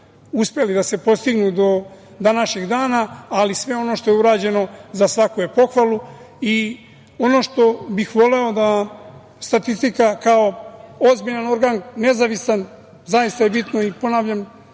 uspeli da se postignu do današnjeg dana, ali sve ono što je urađeno za svaku je pohvalu. Ono što bih voleo da statistika kao ozbiljan organ, nezavisan, zaista je bitno i ponavljam